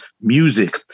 music